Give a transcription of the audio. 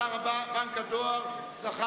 סעיף 96, הוצאות בנק הדואר, לשנת 2010, נתקבל.